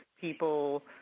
people